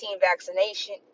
vaccination